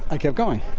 i kept going.